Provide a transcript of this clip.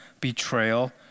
betrayal